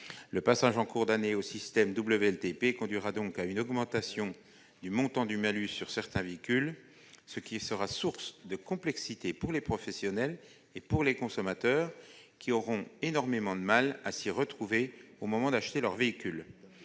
Le passage en cours d'année au système WLTP conduira donc à une augmentation du montant du malus sur certains véhicules, ce qui sera source de complexité pour les professionnels comme pour les consommateurs, qui auront beaucoup de mal à s'y retrouver au moment d'acheter leurs véhicules.